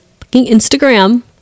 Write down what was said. Instagram